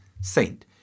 saint